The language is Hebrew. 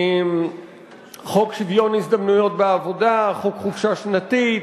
חוק שוויון ההזדמנויות בעבודה, חוק חופשה שנתית,